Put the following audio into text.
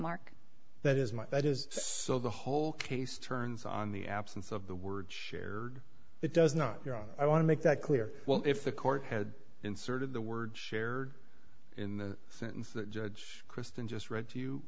mark that is my that is so the whole case turns on the absence of the word shared it does not your own i want to make that clear well if the court had inserted the word shared in the sentence that judge kristen just read to you